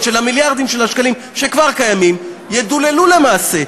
של המיליארדים של שקלים שכבר קיימים ידוללו למעשה,